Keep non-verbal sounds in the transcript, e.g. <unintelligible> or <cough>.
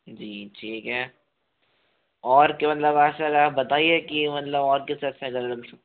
जी ठीक है और <unintelligible> बताईये कि मतलब और <unintelligible> सकता है